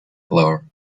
floor